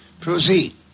Proceed